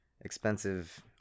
expensive